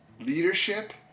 leadership